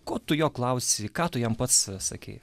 ko tu jo klausi ką tu jam pats sakei